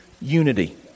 unity